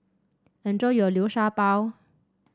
enjoy your Liu Sha Bao